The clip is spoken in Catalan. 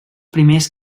primers